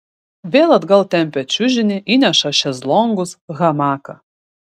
vėl atgal tempia čiužinį įneša šezlongus hamaką